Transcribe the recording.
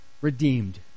redeemed